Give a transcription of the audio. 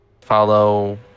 follow